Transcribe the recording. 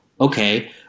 Okay